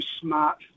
smart